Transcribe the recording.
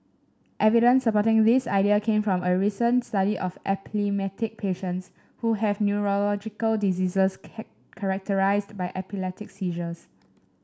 evidence supporting this idea came from a recent study of epileptic patients who have neurological diseases characterised by epileptic seizures